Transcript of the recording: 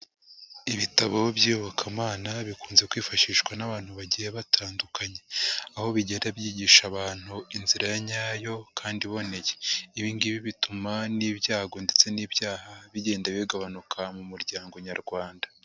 Ibitabo by'iyobokamana bikunze kwifashishwa n'abantu bagiye batandukanye, aho bigenda byigisha abantu inzira ya nyayo kandi iboneye, ibi ngibi bituma n'ibyago ndetse n'ibyaha bigenda bigabanuka mu muryango nyarwanda.